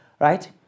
right